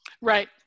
Right